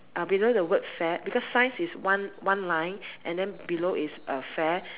uh below the word fair because science is one one line and then below is uh fair